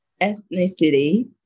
ethnicity